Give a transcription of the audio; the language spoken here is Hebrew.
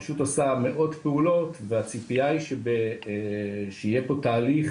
הרשות עושה מאות פעולות והציפייה היא שיהיה פה תהליך